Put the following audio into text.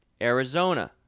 Arizona